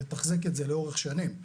ולתחזק את זה לאורך שנים,